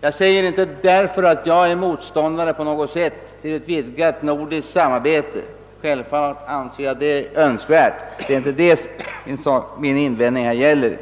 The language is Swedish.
Detta betyder inte att jag på något sätt är motståndare till ett vidgat nordiskt samarbete. Självfallet anser jag ett sådant vara önskvärt, och det är inte detta min invändning gäller